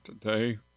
today